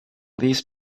these